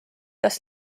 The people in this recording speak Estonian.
kas